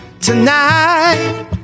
tonight